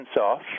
off